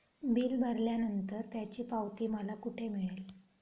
Bill भरल्यानंतर त्याची पावती मला कुठे मिळेल?